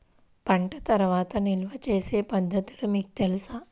పంట తర్వాత నిల్వ చేసే పద్ధతులు మీకు తెలుసా?